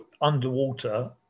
underwater